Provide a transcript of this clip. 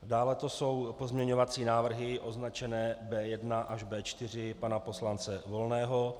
Dále to jsou pozměňovací návrhy označené B1 až B4 pana poslance Volného.